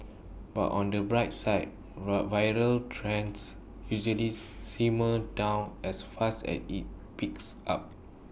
but on the bright side viral trends usually simmer down as fast as IT peaks up